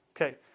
okay